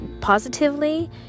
positively